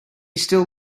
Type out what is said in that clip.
still